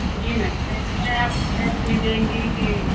जी ma'am पहले आप cash में देंगी कि